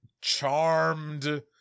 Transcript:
charmed